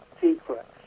secret